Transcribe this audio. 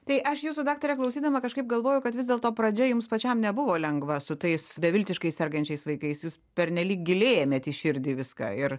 tai aš jūsų daktare klausydama kažkaip galvoju kad vis dėlto pradžia jums pačiam nebuvo lengva su tais beviltiškais sergančiais vaikais jūs pernelyg giliai ėmėt į širdį viską ir